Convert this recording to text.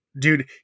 dude